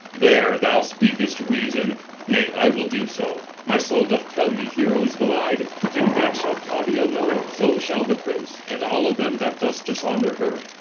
there thou speak'st reason nay, i will do so. my soul doth tell me hero is belied and that shall claudio know so shall the prince, and all of them that thus dishonour her.